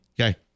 Okay